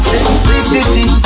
Simplicity